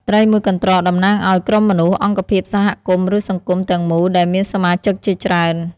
ត្រីមួយកន្រ្តក តំណាងឲ្យ ក្រុមមនុស្ស អង្គភាព សហគមន៍ ឬ សង្គម ទាំងមូល ដែលមានសមាជិកជាច្រើន។